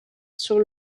sur